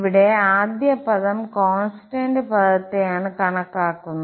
ഇവിടെ ആദ്യ പദം കോൺസ്റ്റന്റ് പദത്തെയാണ് കണക്കാക്കുന്നത്